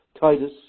Titus